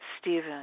Stephen